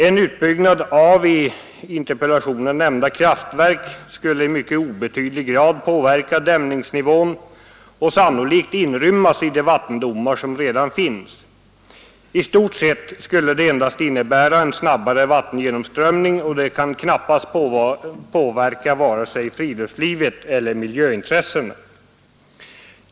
En utbyggnad av i interpellationen nämnda kraftverk skulle i mycket obetydlig grad påverka dämningsnivån och sannolikt kunna inrymmas i de vattendomar som redan finns. I stort sett skulle det endast innebära en snabbare vattengenomströmning, och det kan knappast påverka vare sig friluftlivet eller miljöintressena.